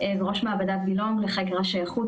ראש מעבדת BELONG לחקר השייכות,